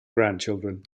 grandchildren